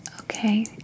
Okay